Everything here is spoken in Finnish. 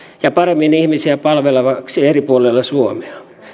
ja paremmin ihmisiä palvelevaksi eri puolilla suomea